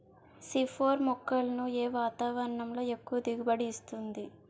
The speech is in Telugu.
సి ఫోర్ మొక్కలను ఏ వాతావరణంలో ఎక్కువ దిగుబడి ఇస్తుంది?